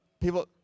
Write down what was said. people